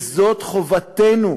וזאת חובתנו,